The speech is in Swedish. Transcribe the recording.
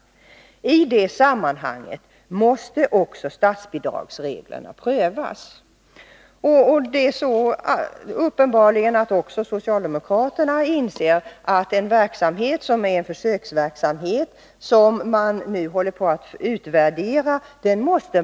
I det sammanhanget måste också statsbidragsreglerna prövas.” Det är uppenbarligen så att också socialdemokraterna inser att man måste ta ställning till en verksamhet som är en försöksverksamhet och som är föremål för utvärdering.